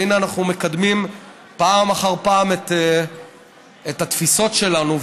והינה אנחנו מקדמים פעם אחר פעם את התפיסות שלנו.